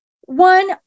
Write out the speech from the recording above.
one